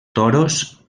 toros